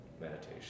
Meditation